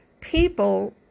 people